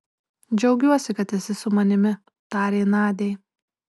džiaugiuosi kad esi su manimi tarė nadiai